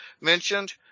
mentioned